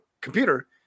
computer